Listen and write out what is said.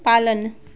पालन